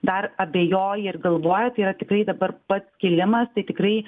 dar abejoja ir galvoja tai yra tikrai dabar pats kilimas tai tikrai